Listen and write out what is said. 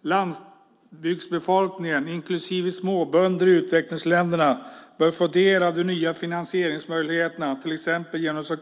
Landsbygdsbefolkningen, inklusive småbönder i utvecklingsländerna, bör få del av de nya finansieringsmöjligheterna, till exempel genom CDM.